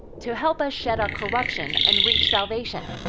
to help us shed our corruption and reach salvation,